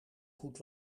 goed